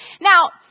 Now